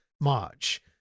March